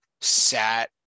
sat